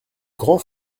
grand